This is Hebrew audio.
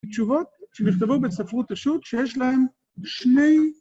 תשובות שנכתבו בספרות השו״ת שיש להן שני